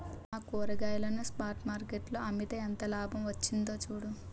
నా కూరగాయలను spot market లో అమ్మితే ఎంత లాభం వచ్చిందో చూడు